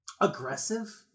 aggressive